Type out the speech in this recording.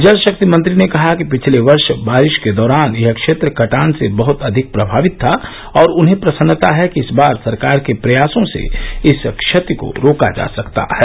जल शक्ति मंत्री ने कहा कि पिछले वर्ष बारिश के दौरान यह क्षेत्र कटान से बहत अधिक प्रभावित था और उन्हें प्रसन्नता है कि इस बार सरकार के प्रयासों से इस क्षति को रोका जा सका है